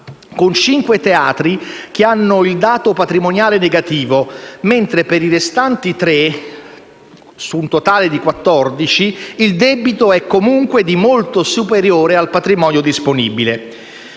con cinque teatri che hanno il dato patrimoniale negativo, mentre per i restanti tre - su un totale di 14 - il debito è comunque di molto superiore al patrimonio disponibile.